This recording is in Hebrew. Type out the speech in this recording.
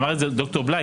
אמר את זה ד"ר בליי,